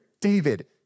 David